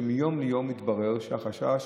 כשמיום ליום מתברר שהחשש